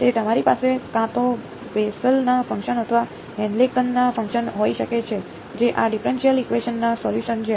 તેથી તમારી પાસે કાં તો બેસેલના ફંકશન અથવા હેન્કેલના ફંકશન હોઈ શકે છે જે આ ડિફરેનશીયલ ઇકવેશન ના સોલ્યુસન છે